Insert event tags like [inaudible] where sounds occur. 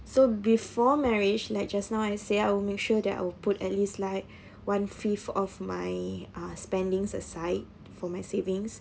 so before marriage like just now I say I will make sure that I will put at least like [breath] one fifth of my uh spending aside for my savings